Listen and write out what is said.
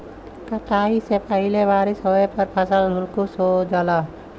कटाई से पहिले बारिस होये पर फसल हल्लुक हो जाला